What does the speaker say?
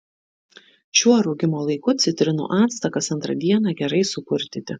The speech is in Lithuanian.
šiuo rūgimo laiku citrinų actą kas antrą dieną gerai supurtyti